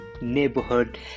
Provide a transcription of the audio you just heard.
neighborhood